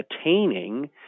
attaining